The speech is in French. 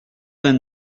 vingt